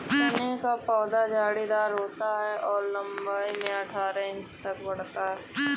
चने का पौधा झाड़ीदार होता है और लंबाई में अठारह इंच तक बढ़ता है